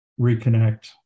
reconnect